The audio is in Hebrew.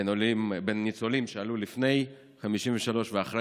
בין ניצולים שעלו לפני 1953 לאלה שעלו אחרי